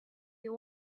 you